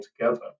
together